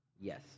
yes